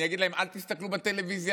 אני אגיד להם: אל תסתכלו בטלוויזיה?